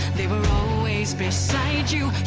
they were always beside you